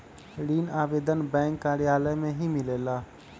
ऋण आवेदन बैंक कार्यालय मे ही मिलेला?